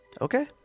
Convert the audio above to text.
Okay